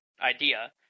idea